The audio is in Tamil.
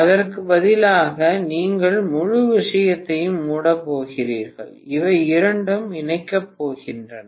அதற்கு பதிலாக நீங்கள் முழு விஷயத்தையும் மூடப் போகிறீர்கள் இவை இரண்டும் இணைக்கப் போகின்றன